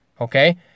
Okay